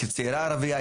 צעירה ערבייה,